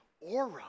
aura